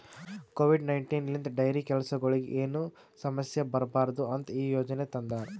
Covid nineteen ಲಿಂತ್ dairy ಕೆಲಸಗೊಳಿಗ್ ಏನು ಸಮಸ್ಯ ಬರಬಾರದು ಅಂತ್ ಈ ಯೋಜನೆ ತಂದಾರ್